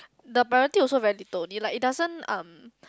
the priority also very little only like it doesn't um